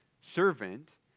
servant